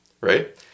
right